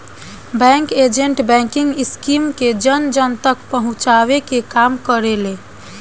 bank agent banking scheme के जन जन तक पहुंचावे के काम करेले